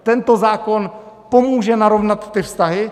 Tento zákon pomůže narovnat ty vztahy.